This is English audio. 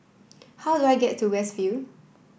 how do I get to West View